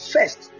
First